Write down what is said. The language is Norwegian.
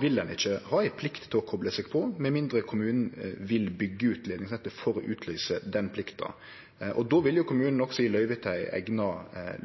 vil ein ikkje ha ei plikt til å kople seg på, med mindre kommunen vil byggje ut leidningsnettet for å utløyse den plikta. Då vil kommunen også gje løyve til ei eigna